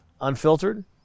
unfiltered